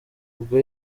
ubwo